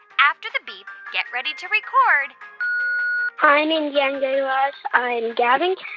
after the beep, get ready to record hi, mindy and guy raz. i'm gavin.